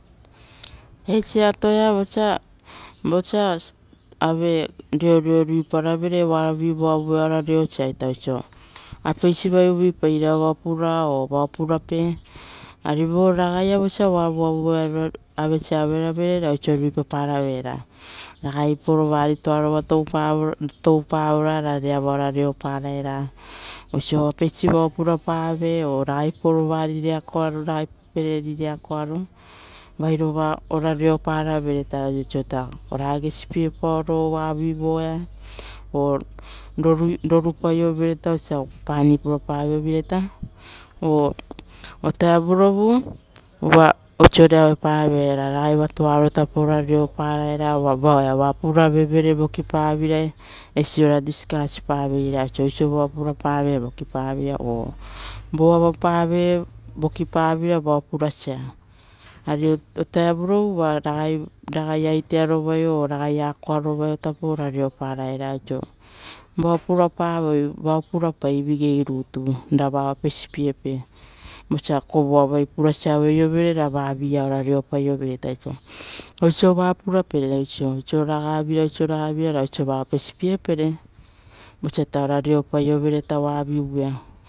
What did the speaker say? Eisi atoia vosa, vosa ave reoreo ruiparave-re oaravivuavuvai-ia reosaita oiso, apeisivai uvuipai ra vao para, o purape, arivo ragaia vosa oavuavuvaia avesa averave ra ragai poromanto vate toaro. Tapo touparora ra verava ora reoparaera oiso,"apeisi vao purapave" o ragai poroman vate riakoara ragai pereri vate riakoaro, vairova ora reoparave reita osioita ora agesipiepaoro vavi voea, o rorupaiovere oiso osia pani agesipie purapavioveiraita o. otaevurovu ovutarovu, uva osiore aueparavere ra ragai vatuarotapo ora reoparaera varava oa puraverere vokipavira. Oisi ora discuspavereve reoreopavareve, oiso eisiovao purapave vokipavira o vo avapave vokipavira vao purasa. Ari otaevurovu ovutarovu uva ragai, ragai atearovaio. akoarovaio tapo ora reoparaera oiso vao purapaivoi vao purapai vigei rutu ra vaa opesipiepe, vosa kovoavai purasa aveiovere ra ravia ora reopaiovereta oiso ra purapere oiso ra osioragarira osio ragavira ra oiso ra opeipiepere.